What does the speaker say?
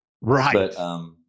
Right